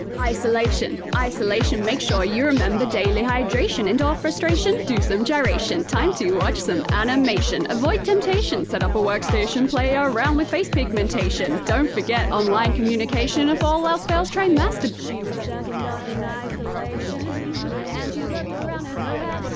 isolation, isolation make sure you remember daily hydration and all frustration do some gyrations time to watch some animation avoid temptation, set up a workstation play around with face pigmentation don't forget online communication if all else fails, try master she was stuck and indoors in isolation and she looked around at her habit.